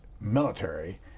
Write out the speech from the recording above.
military